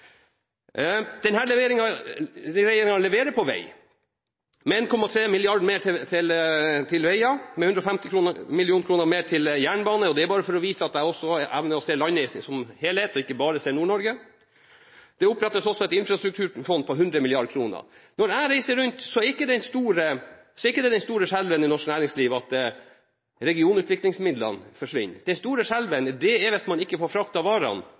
mer til vei og 150 mill. kr mer til jernbane – dette bare for å vise at jeg også evner å se landet som helhet, at jeg ikke bare ser Nord-Norge. Det opprettes også et infrastrukturfond på 100 mrd. kr. Når jeg reiser rundt, er ikke den store skjelven i norsk næringsliv at regionutviklingsmidlene forsvinner. Den store skjelven er hvis man ikke får fraktet varene